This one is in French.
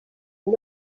est